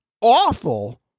awful